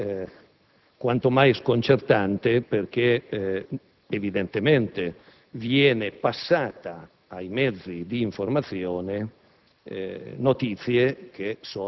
problema dell'informazione è quanto mai sconcertante, perché evidentemente vengono passate ai mezzi d'informazione